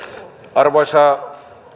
arvoisa